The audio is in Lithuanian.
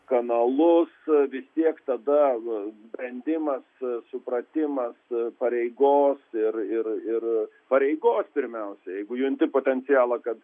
kanalus vis tiek tada nu brendimas supratimas pareigos ir ir pareigos pirmiausia jeigu junti potencialą kad